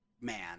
man